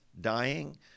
dying